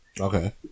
okay